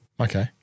Okay